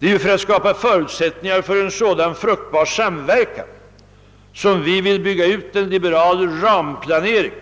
Det är ju för att skapa förutsättningar för en sådan fruktbar samverkan som vi vill bygga ut en liberal ramplanering